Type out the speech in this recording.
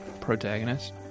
Protagonist